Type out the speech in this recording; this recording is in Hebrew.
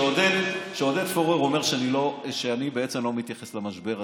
כשעודד פורר אומר שאני לא מתייחס למשבר עצמו,